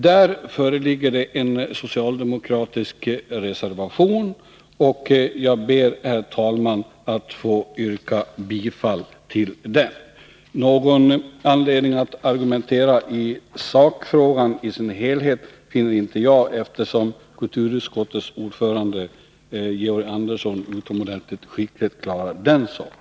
Där föreligger det en socialdemokratisk reservation. Jag ber, herr talman, att få yrka bifall till denna. Någon anledning att argumentera i sakfrågan i dess helhet finner inte jag, eftersom kulturutskottets ordförande, Georg Andersson, utomordentligt skickligt har klarat den saken.